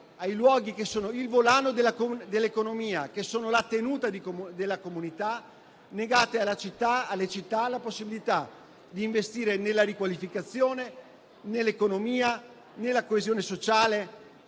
ai luoghi che sono il volano dell'economia e permettono la tenuta della comunità, la possibilità di investire nella riqualificazione, nell'economia e nella coesione sociale,